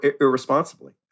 irresponsibly